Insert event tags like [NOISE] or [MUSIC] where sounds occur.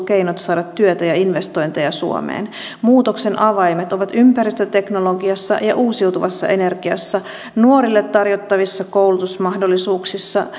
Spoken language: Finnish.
[UNINTELLIGIBLE] keinot saada työtä ja investointeja suomeen muutoksen avaimet ovat ympäristöteknologiassa ja uusiutuvassa energiassa nuorille tarjottavissa koulutusmahdollisuuksissa [UNINTELLIGIBLE]